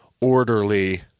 orderly